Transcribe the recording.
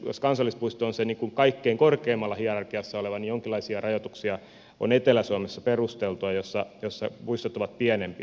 jos kansallispuisto on se kaikkein korkeimmalla hierarkiassa oleva niin se että on jonkinlaisia rajoituksia on perusteltua etelä suomessa jossa puistot ovat pienempiä